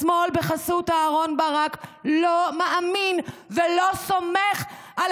השמאל בחסות אהרן ברק לא מאמין ולא סומך על